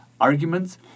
arguments